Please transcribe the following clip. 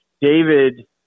David